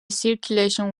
circulation